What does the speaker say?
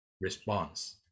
response